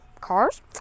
cars